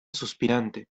suspirante